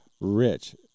rich